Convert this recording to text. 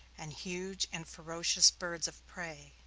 and huge and ferocious birds of prey.